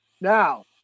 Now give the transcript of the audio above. Now